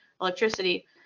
electricity